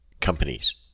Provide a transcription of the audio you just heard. companies